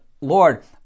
Lord